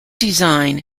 design